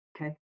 okay